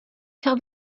tell